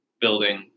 building